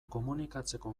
komunikatzeko